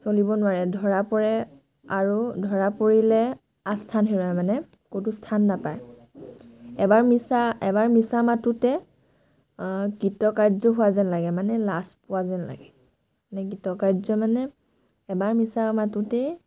চলিব নোৱাৰে ধৰা পৰে আৰু ধৰা পৰিলে আস্থান হেৰুৱাই মানে ক'তো স্থান নাপায় এবাৰ মিছা এবাৰ মিছা মাতোঁতে কৃতকাৰ্য্য হোৱা যেন লাগে মানে লাজ পোৱা যেন লাগে মানে কৃতকাৰ্য্য মানে এবাৰ মিছা মাতোঁতেই